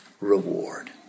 reward